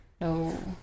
No